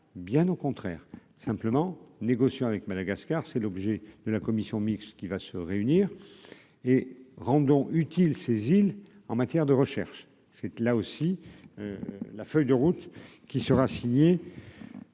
bien au contraire, simplement, négociant avec Madagascar c'est l'objet de la commission mixte qui va se réunir et rendons utile saisi l'en matière de recherche cette là aussi la feuille de route qui sera signé.